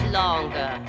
longer